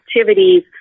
activities